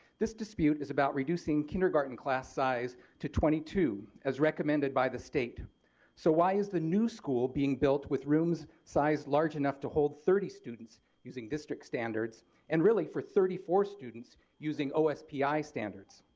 this dispute is about reducing kindergarten class size to twenty two as recommended by the state so why is the new school being built with rooms sized large enough to hold thirty students using district standards and really for thirty four students using ospi standards.